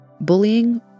bullying